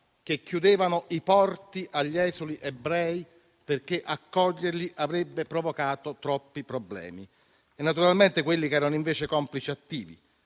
che chiudevano i porti agli esuli ebrei perché accoglierli avrebbe provocato troppi problemi e naturalmente quelli che erano invece complici attivi